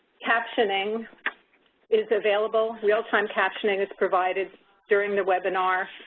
captioning is available, real-time captioning is provided during the webinar.